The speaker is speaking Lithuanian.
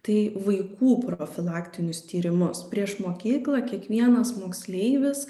tai vaikų profilaktinius tyrimus prieš mokyklą kiekvienas moksleivis